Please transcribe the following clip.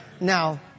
Now